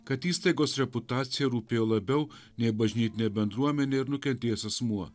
kad įstaigos reputacija rūpėjo labiau nei bažnytinė bendruomenė ar nukentėjęs asmuo